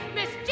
Miss